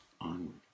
onward